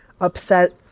upset